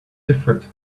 different